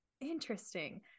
Interesting